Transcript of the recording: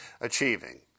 achieving